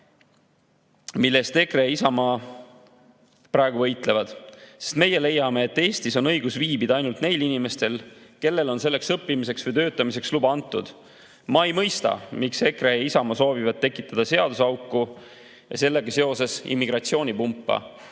mille eest EKRE ja Isamaa praegu võitlevad, sest meie leiame, et Eestis on õigus viibida ainult neil inimestel, kellele on selleks õppimiseks või töötamiseks luba antud. Ma ei mõista, miks EKRE ja Isamaa soovivad tekitada seaduseauku ja sellega seoses immigratsioonipumpa.